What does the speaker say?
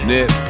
Nip